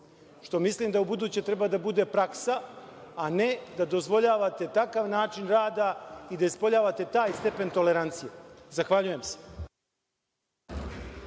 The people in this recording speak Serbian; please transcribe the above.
što mislim da ubuduće treba da bude praksa, a ne da dozvoljavate takav način rada i da ispoljavate taj stepen tolerancije. Zahvaljujem se.